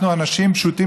אנחנו אנשים פשוטים,